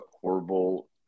horrible